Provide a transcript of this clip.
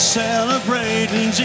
celebrating